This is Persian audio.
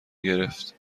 گرفت